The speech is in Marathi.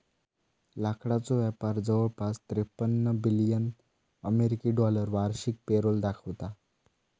लाकडाचो व्यापार जवळपास त्रेपन्न बिलियन अमेरिकी डॉलर वार्षिक पेरोल दाखवता